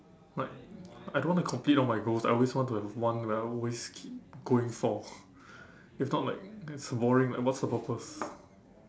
like I don't want to complete all my goals I always want to have one where I always keep going for if not like it's boring like what's the purpose